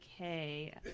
okay